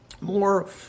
more